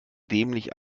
dämlich